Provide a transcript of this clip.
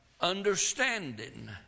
understanding